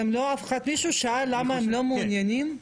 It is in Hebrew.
מישהו שאל למה הם לא מעוניינים?